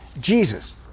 Jesus